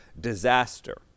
disaster